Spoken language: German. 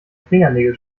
fingernägel